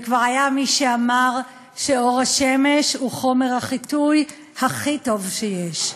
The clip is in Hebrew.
וכבר היה מי שאמר שאור השמש הוא חומר החיטוי הכי טוב שיש.